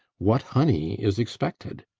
what honey is expected?